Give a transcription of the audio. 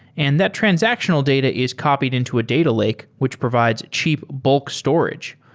and that transactional data is copied into a data lake which provides cheap bulk storage.